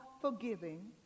forgiving